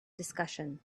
discussion